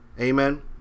Amen